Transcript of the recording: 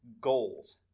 goals